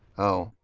oh.